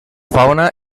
fauna